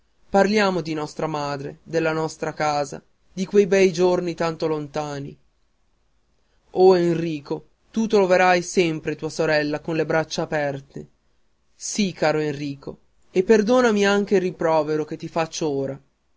parliamo di nostra madre della nostra casa di quei bei giorni tanto lontani o enrico tu troverai sempre tua sorella con le braccia aperte sì caro enrico e perdonami anche il rimprovero che ti faccio ora